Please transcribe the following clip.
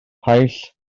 paill